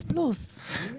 הצבעה לא אושר.